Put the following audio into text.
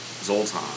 Zoltan